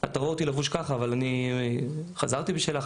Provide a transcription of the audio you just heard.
אתה רואה אותי לבוש ככה אבל אני חזרתי בשאלה,